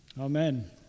Amen